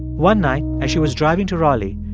one night, as she was driving to raleigh,